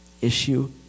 issue